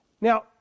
Now